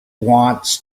wants